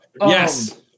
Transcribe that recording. Yes